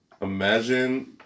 Imagine